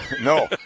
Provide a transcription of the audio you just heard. no